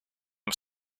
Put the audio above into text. was